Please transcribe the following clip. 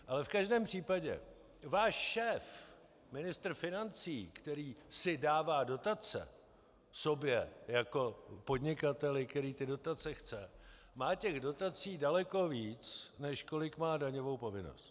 Ale v každém případě váš šéf, ministr financí, který si dává dotace sobě jako podnikateli, který ty dotace chce, má těch dotací daleko víc, než kolik má daňovou povinnost.